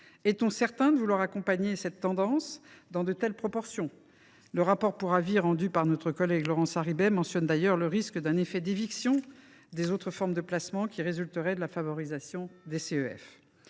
Est on certain de vouloir accompagner cette tendance dans de telles proportions ? Le rapport pour avis de Laurence Harribey mentionne d’ailleurs le risque d’un « effet d’éviction » des autres formes de placement, qui résulterait de la favorisation des CEF.